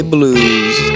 Blues